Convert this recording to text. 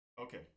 Okay